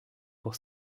pour